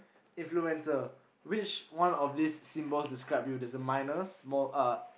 influencer which one of these symbols describe you there's a minus more uh